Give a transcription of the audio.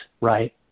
Right